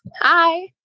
hi